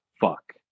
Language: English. fuck